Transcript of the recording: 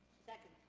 second?